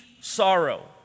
sorrow